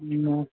हूँ